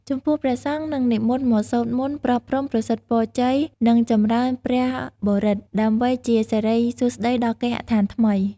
ចំពោះព្រះសង្ឃនឹងនិមន្តមកសូត្រមន្ត ប្រោះព្រំប្រសិទ្ធពរជ័យ និងចម្រើនព្រះបរិត្ត ដើម្បីជាសិរីសួស្តីដល់គេហដ្ឋានថ្មី។